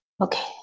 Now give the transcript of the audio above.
okay